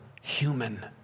human